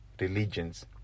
religions